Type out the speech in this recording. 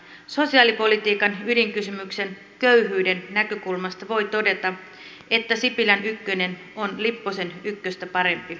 sosiaalipolitiikan ydinkysymyksen köyhyyden näkökulmasta voi todeta että sipilän ykkönen on lipposen ykköstä parempi